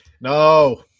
No